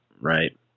Right